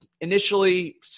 initially